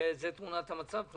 שזה תמונת המצב כעת.